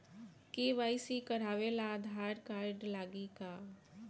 KYC करावे ला Aadhaar card लागी का?